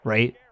Right